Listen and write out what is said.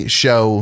show